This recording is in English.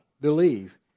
believe